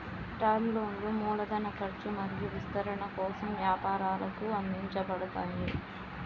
term లోన్లు మూలధన ఖర్చు మరియు విస్తరణ కోసం వ్యాపారాలకు అందించబడతాయి